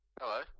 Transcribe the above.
Hello